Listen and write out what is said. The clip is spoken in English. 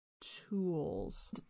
tools